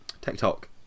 TikTok